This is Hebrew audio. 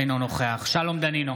אינו נוכח שלום דנינו,